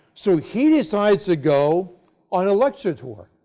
so he decides to go on a lecture tour,